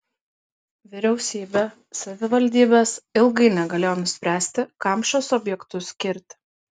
vyriausybė savivaldybės ilgai negalėjo nuspręsti kam šiuos objektus skirti